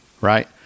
right